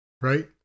Right